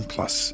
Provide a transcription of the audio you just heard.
Plus